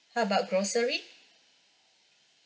how about grocery